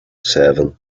seven